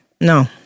No